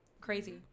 Crazy